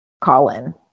Colin